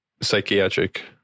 psychiatric